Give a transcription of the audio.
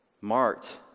marked